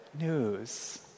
news